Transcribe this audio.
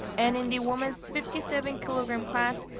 and in the women's fifty seven kilogram class,